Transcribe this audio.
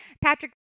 Patrick